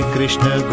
Krishna